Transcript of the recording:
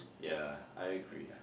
yea I agree